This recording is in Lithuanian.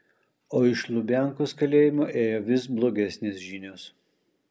o iš lubiankos kalėjimo ėjo vis blogesnės žinios